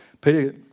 Peter